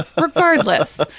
Regardless